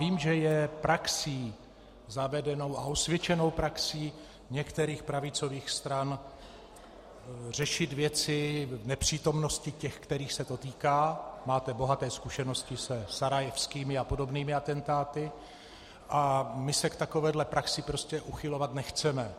Vím, že je praxí, zavedenou a osvědčenou praxí některých pravicových stran řešit věci v nepřítomnosti těch, kterých se to týká, máte bohaté zkušenosti se sarajevskými a podobnými atentáty, a my se k takové praxi uchylovat nechceme.